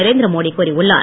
நரேந்திரமோடி கூறியுள்ளார்